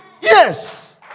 Yes